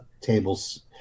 tables